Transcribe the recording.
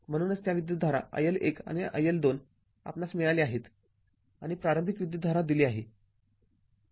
म्हणूनच त्या विद्युतधारा iL१ आणि iL२ आपणास मिळाल्या आहेत आणि प्रारंभिक विद्युतधारा दिली आहे